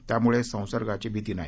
त्यामुळे संसर्गाची भीती नाही